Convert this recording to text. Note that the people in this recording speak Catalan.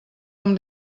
amb